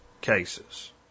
cases